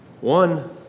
One